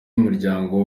y’umuryango